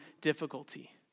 difficulty